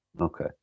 Okay